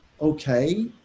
okay